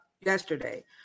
yesterday